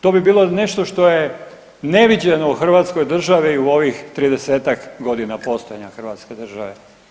To bi bilo nešto što je neviđeno u Hrvatskoj državi u ovih 30-ak godina postojanja Hrvatske države.